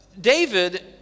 david